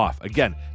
Again